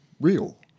real